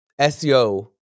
SEO